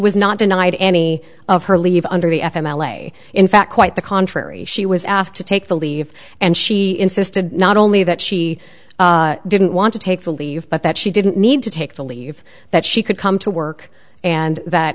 was not denied any of her leave under the eff m l a in fact quite the contrary she was asked to take the leave and she insisted not only that she didn't want to take the leave but that she didn't need to take the leave that she could come to work and that